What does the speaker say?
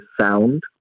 sound